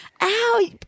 Ow